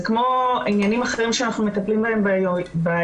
זה כמו עניינים אחרים שאנחנו מטפלים בהם ביום-יום,